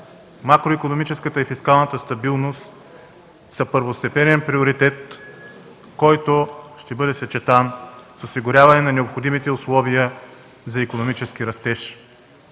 Макроикономическата и фискалната стабилност са първостепенен приоритет, който ще бъде съчетан с осигуряване на необходимите условия за икономически растеж.